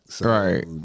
Right